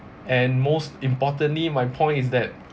and most importantly my point is that